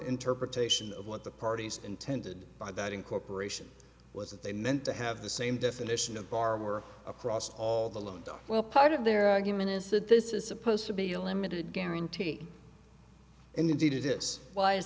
interpretation of what the parties intended by that incorporation was that they meant to have the same definition of borrower across all the loan doc well part of their argument is that this is supposed to be a limited guarantee indeed it is why i